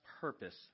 purpose